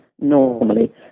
normally